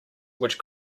which